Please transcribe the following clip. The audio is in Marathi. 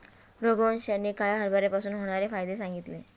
रघुवंश यांनी काळ्या हरभऱ्यापासून होणारे फायदे सांगितले